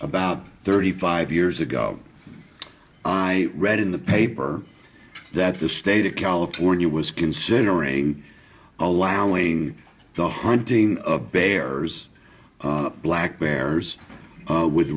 about thirty five years ago i read in the paper that the state of california was considering allowing the hunting of bearers black bears with